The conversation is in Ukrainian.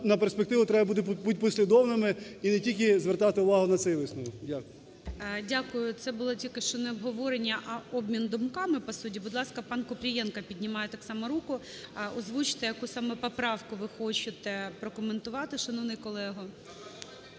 на перспективу треба буде бути послідовними і не тільки звертати увагу на цей висновок. Дякую. ГОЛОВУЮЧИЙ. Дякую. Це було тільки що не обговорення, а обмін думками по суті. Будь ласка, пан Купрієнко піднімає так само руку. Озвучте, яку саме поправку ви хочете прокоментувати, шановний колего.